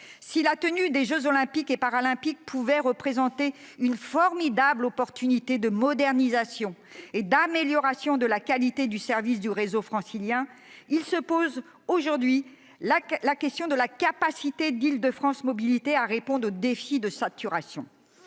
que la tenue des jeux Olympiques et Paralympiques pouvait représenter une formidable opportunité de modernisation et d'amélioration de la qualité du service du réseau francilien, se pose aujourd'hui la question de la capacité d'Île-de-France Mobilités à répondre au défi de la saturation.